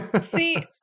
See